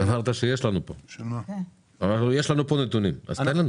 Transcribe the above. אמרת, יש לנו פה נתונים, אז תן לנו.